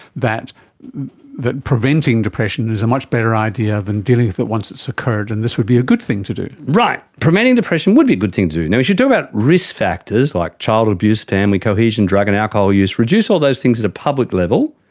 that that preventing depression is a much better idea than dealing with it once it has so occurred, and this would be a good thing to do. right, preventing depression would be a good thing to do. now, we should talk about risk factors like child abuse, family cohesion, drug and alcohol use, reduce all those things at a public level,